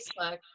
Facebook